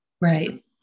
Right